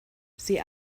sie